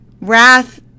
Wrath